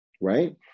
right